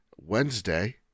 Wednesday